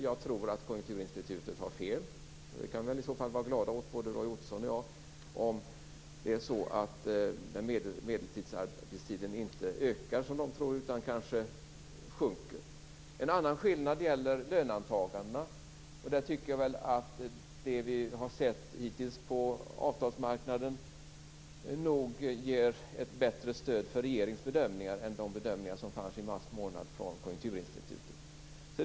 Jag tror att Konjunkturinstitutet där har fel. Både Roy Ottosson och jag kan väl vara glada om det är så att medeltidsarbetstiden inte ökar som man tror utan att den kanske i stället sjunker. En annan skillnad gäller löneantagandena. Jag tycker nog att det vi hittills har sett på avtalsmarknaden ger ett bättre stöd för regeringens bedömningar jämfört med de bedömningar som fanns i mars månad från Konjunkturinstitutet.